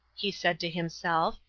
he said to himself,